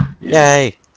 Yay